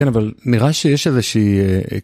כן, אבל נראה שיש איזושהי...